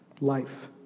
Life